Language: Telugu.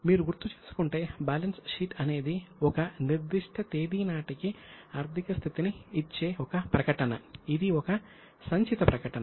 మీరు గుర్తు చేసుకుంటే బ్యాలెన్స్ షీట్ అనేది ఒక నిర్దిష్ట తేదీ నాటికి ఆర్థిక స్థితిని ఇచ్చే ఒక ప్రకటన ఇది ఒక సంచిత ప్రకటన